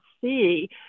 see